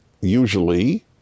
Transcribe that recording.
usually